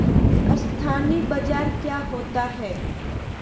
अस्थानी बाजार क्या होता है?